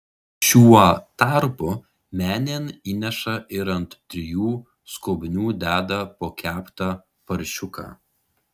šiuo tarpu menėn įneša ir ant trijų skobnių deda po keptą paršiuką